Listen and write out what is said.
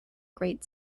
great